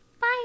Bye